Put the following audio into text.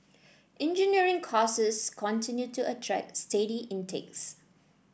engineering courses continue to attract steady intakes